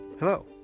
Hello